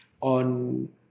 on